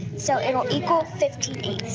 so it will equal fifteen